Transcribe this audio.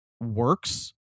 works